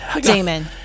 Damon